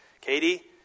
Katie